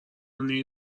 نمی